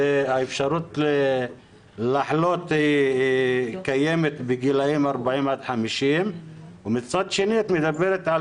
האפשרות לחלות קיימת בגילאים 40-50 ומצד שני את מדברת על